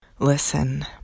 Listen